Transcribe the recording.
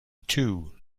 too